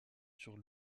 sur